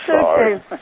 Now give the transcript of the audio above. sorry